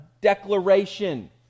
declaration